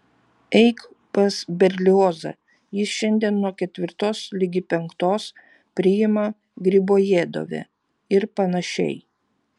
eik pas berliozą jis šiandien nuo ketvirtos ligi penktos priima gribojedove ir panašiai